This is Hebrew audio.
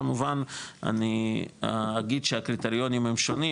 כמובן אני אגיד שהקריטריונים הם שונים